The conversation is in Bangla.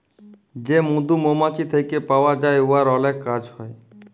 যে মধু মমাছি থ্যাইকে পাউয়া যায় উয়ার অলেক কাজ হ্যয়